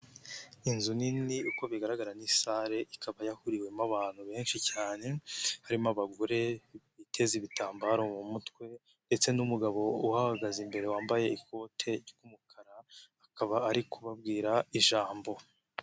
Inzu nini uko bigaragara muri sale ikaba yahuriwemo abantu benshi cyane, harimo abagore biteze ibitambaro mu mutwe ndetse n'umugabo uhagaze imbere wambaye ikote ry'umukara, akaba ari kubabwira ijambo.